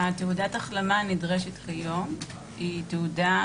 תעודת ההחלמה הנדרשת כיום היא תעודה,